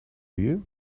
you